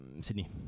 Sydney